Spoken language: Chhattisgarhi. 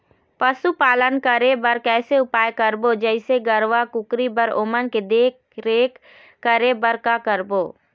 पशुपालन करें बर कैसे उपाय करबो, जैसे गरवा, कुकरी बर ओमन के देख देख रेख करें बर का करबो?